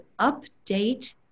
update